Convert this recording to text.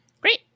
Great